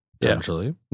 potentially